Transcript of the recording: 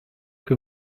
que